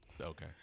Okay